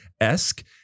esque